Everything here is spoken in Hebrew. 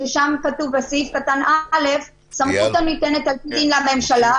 שם כתוב בסעיף (א): "סמכות הניתנת על פי דין לממשלה,